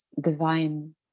divine